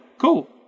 cool